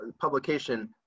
publication